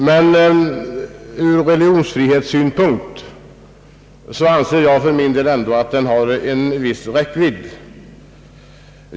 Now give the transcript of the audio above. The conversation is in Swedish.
Jag anser emellertid att den ur religionsfrihetssynpunkt ändå har en viss räckvidd.